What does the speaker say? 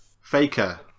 Faker